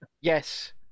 Yes